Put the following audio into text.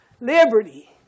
liberty